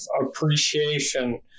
appreciation